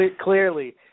Clearly